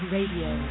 Radio